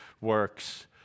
works